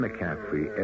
McCaffrey